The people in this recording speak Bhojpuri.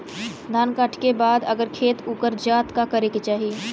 धान कांटेके बाद अगर खेत उकर जात का करे के चाही?